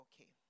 Okay